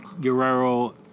Guerrero